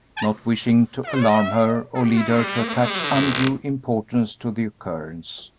not wishing to alarm her or lead her to attach undue importance to the occurrence.